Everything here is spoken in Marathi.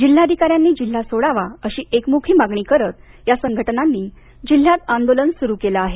जिल्हाधिकाऱ्यांनी जिल्हा सोडावा अशी एकम्खी मागणी करत या संघटनांनी जिल्ह्यात आंदोलन स्रू केलं आहे